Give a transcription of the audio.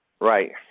right